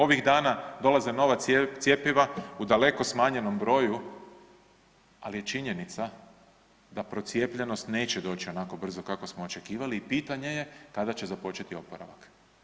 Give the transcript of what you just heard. Ovih dana dolaze nova cjepiva u daleko smanjenom broju, ali je činjenica da procijepljenost neće doći onako brzo kako smo očekivali i pitanje je kada će započeti oporavak.